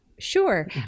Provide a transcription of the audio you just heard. Sure